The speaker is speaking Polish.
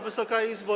Wysoka Izbo!